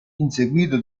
inseguito